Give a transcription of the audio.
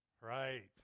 Right